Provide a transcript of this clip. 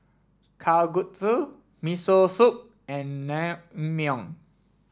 Kalguksu Miso Soup and Naengmyeon